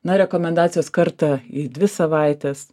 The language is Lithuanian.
na rekomendacijos kartą į dvi savaites